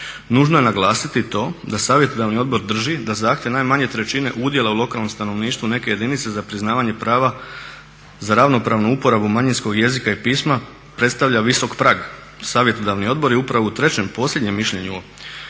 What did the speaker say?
Nužno je naglasiti to da savjetodavni odbor drži da zahtjev najmanje trećine udjela u lokalnom stanovništvu neke jedinice za priznavanje prava za ravnopravnu uporabu manjinskog jezika i pisma predstavlja visok prag. Savjetodavni odbor je upravo u trećem, posljednjem mišljenju